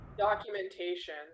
documentation